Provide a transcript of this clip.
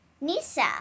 Nisa